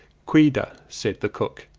kweda, said the cook,